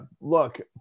Look